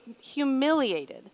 humiliated